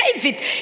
David